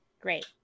Great